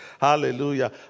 Hallelujah